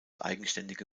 eigenständige